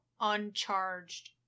uncharged